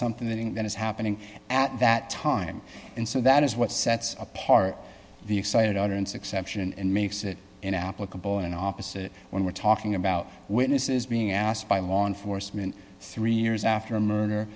something that is happening at that time and so that is what sets apart the excited utterance exception and makes it an applicable and opposite when we're talking about witnesses being asked by law enforcement three years after a murder